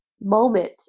Moment